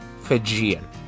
Fijian